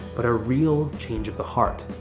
but a real change of the heart.